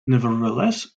nevertheless